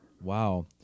Wow